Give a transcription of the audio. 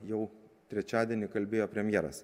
jau trečiadienį kalbėjo premjeras